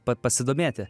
pa pasidomėti